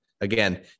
again